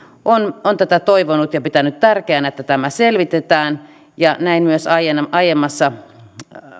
on on tätä toivonut ja pitänyt tärkeänä että tämä selvitetään ja myös aiemmassa